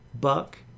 Buck